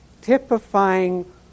typifying